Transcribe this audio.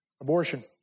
Abortion